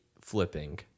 flipping